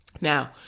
Now